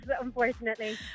unfortunately